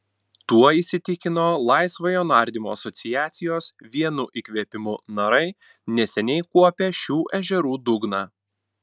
tuo įsitikino laisvojo nardymo asociacijos vienu įkvėpimu narai neseniai kuopę šių ežerų dugną